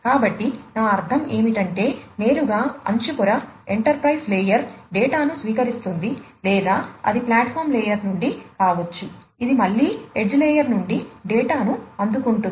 కాబట్టి నా అర్థం ఏమిటంటే నేరుగా అంచు పొర ఎంటర్ప్రైజ్ లేయర్ డేటాను స్వీకరిస్తుంది లేదా అది ప్లాట్ఫాం లేయర్ నుండి కావచ్చు ఇది మళ్ళీ ఎడ్జ్ లేయర్ నుండి డేటాను అందుకుంటుంది